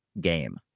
game